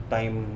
time